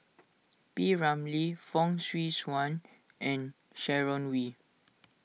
P Ramlee Fong Swee Suan and Sharon Wee